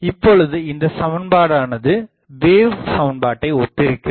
இப்பொழுது இந்தச் சமண்பாடானது வேவ் சமன்பாட்டை ஒத்திருக்கிறது